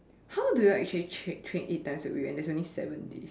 how do you actually track train eight times a week when there's only seven days